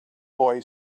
boy